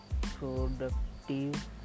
productive